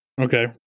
Okay